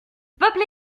peuple